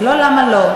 זה לא למה לא.